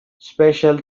special